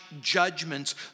judgments